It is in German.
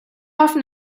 hoffen